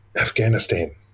Afghanistan